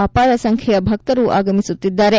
ಅಪಾರ ಸಂಖ್ಯೆಯ ಭಕ್ತರು ಆಗಮಿಸುತ್ತಿದ್ದಾರೆ